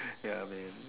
ya man